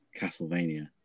Castlevania